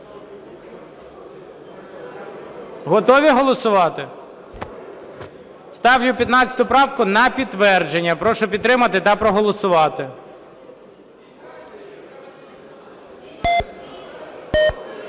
Готові голосувати? Ставлю 15 правку на підтвердження. Прошу підтримати та проголосувати.